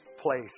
place